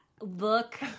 look